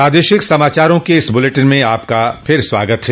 प्रादेशिक समाचारों के इस बुलेटिन में आपका फिर स्वागत है